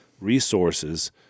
resources